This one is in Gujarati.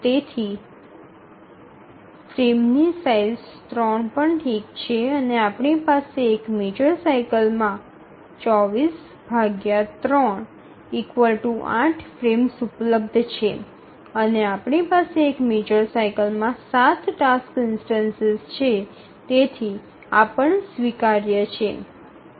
તેથી પણ ફ્રેમની સાઇઝ ૩ ઠીક છે અને આપણી પાસે એક મેજર સાઇકલમાં ૨૪૩ ૮ ફ્રેમ્સ ઉપલબ્ધ છે અને આપણી પાસે એક મેજર સાઇકલમાં 7 ટાસ્ક ઇન્સ્ટનસ છે અને તેથી આ પણ સ્વીકાર્ય છે